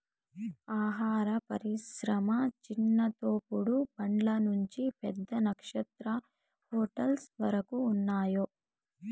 ఆహార పరిశ్రమ చిన్న తోపుడు బండ్ల నుంచి పెద్ద నక్షత్ర హోటల్స్ వరకు ఉన్నాయ్